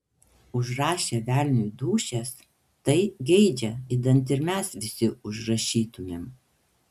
užrašę velniui dūšias tai geidžia idant ir mes visi užrašytumėm